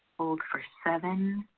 hold for seven,